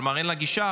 כלומר אין לה גישה,